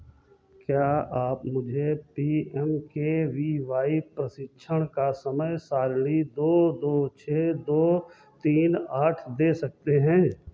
क्या आप मुझे P M K V Y प्रशिक्षण का समय सारिणी दो दो छः दो तीन आठ दे सकते हैं